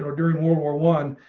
so during world war one.